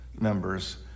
members